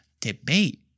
Debate